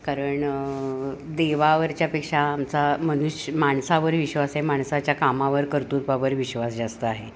कारण देवावरच्यापेक्षा आमचा मनुष माणसावर विश्वास आहे माणसाच्या कामावर कर्तृत्वावर विश्वास जास्त आहे